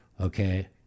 Okay